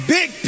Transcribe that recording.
Big